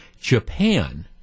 japan